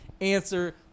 answer